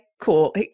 cool